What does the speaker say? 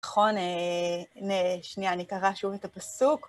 נכון, הנה שנייה, אני אקרא שוב את הפסוק.